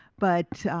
but